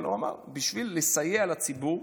אבל הוא אמר: בשביל לסייע לציבור,